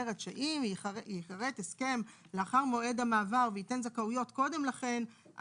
שאומרת שאין ייכרת הסכם לאחר מועד המעבר וייתן זכאויות קודם לכן,